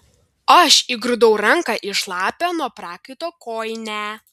aš įgrūdau ranką į šlapią nuo prakaito kojinę